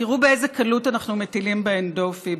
תראו באיזו קלות אנחנו מטילים בהן דופי,